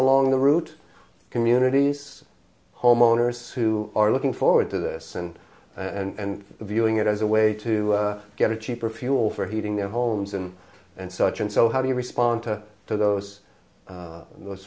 along the route communities homeowners who are looking forward to this and and viewing it as a way to get a cheaper fuel for heating their homes and and such and so how do you respond to those those